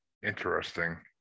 Interesting